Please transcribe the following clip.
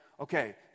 okay